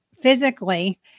physically